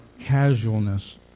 casualness